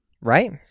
Right